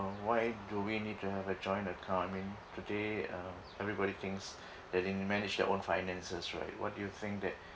uh why do we need to have a joint account I mean today uh everybody thinks that they can manage their own finances right why do you think that